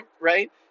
right